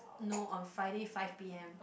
know on Friday five P_M